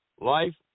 Life